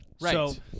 Right